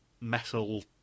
metal